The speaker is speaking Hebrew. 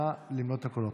נא למנות את הקולות.